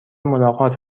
ملاقات